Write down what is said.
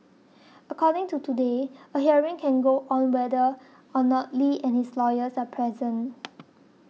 according to Today a hearing can go on whether or not Li and his lawyers are present